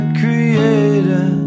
creator